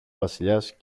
βασιλιάς